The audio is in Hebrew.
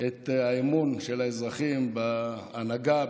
את האמון של האזרחים בהנהגה,